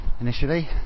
initially